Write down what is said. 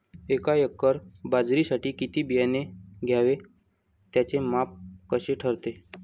एका एकर बाजरीसाठी किती बियाणे घ्यावे? त्याचे माप कसे ठरते?